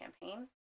campaign